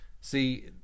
See